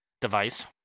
device